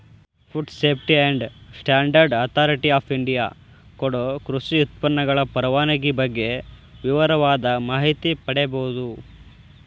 food safety and standard authority of India ಕೊಡೊ ಕೃಷಿ ಉತ್ಪನ್ನಗಳ ಪರವಾನಗಿ ಬಗ್ಗೆ ವಿವರವಾದ ಮಾಹಿತಿ ಪಡೇಬೋದು